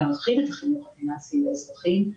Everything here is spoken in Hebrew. להרחיב את החינוך הפיננסי לאזרחים,